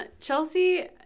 Chelsea